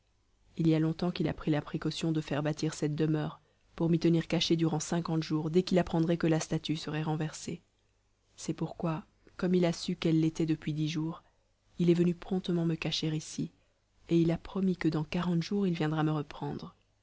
il y a longtemps qu'il a pris la précaution de faire bâtir cette demeure pour m'y tenir caché durant cinquante jours dès qu'il apprendrait que la statue serait renversée c'est pourquoi comme il a su qu'elle l'était depuis dix jours il est venu promptement me cacher ici et il a promis que dans quarante il viendra me reprendre